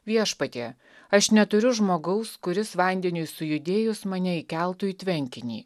viešpatie aš neturiu žmogaus kuris vandeniui sujudėjus mane įkeltų į tvenkinį